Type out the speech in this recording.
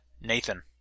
Nathan